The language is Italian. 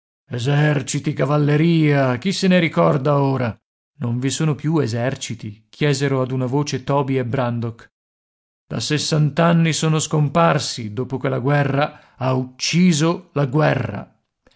eserciti cavalleria chi se ne ricorda ora non vi sono più eserciti chiesero ad una voce toby e brandok da sessant'anni sono scomparsi dopo che la guerra ha ucciso la guerra